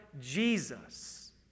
Jesus